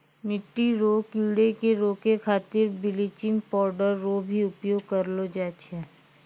मिट्टी रो कीड़े के रोकै खातीर बिलेचिंग पाउडर रो भी उपयोग करलो जाय छै